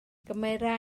gymera